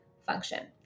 function